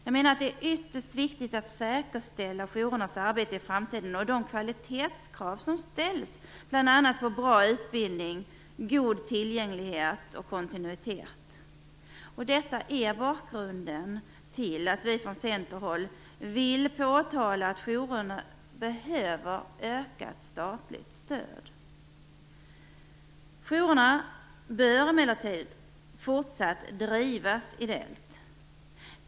Jag menar att det är ytterst viktigt att säkerställa jourernas arbete i framtiden och de kvalitetskrav som ställs bl.a. på bra utbildning, god tillgänglighet och kontinuitet. Detta är bakgrunden till att vi från Centern vill påpeka att jourerna behöver ökat statligt stöd. Jourerna bör emellertid fortsatt drivas ideellt.